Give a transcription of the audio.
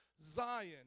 Zion